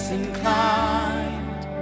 inclined